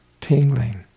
tingling